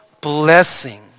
blessing